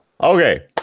Okay